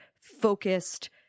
focused